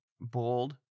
bold